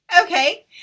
okay